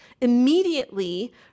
Immediately